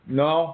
no